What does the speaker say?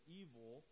evil